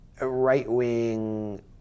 right-wing